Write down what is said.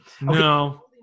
No